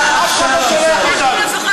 אף אחד לא שולח אותנו.